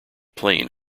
plane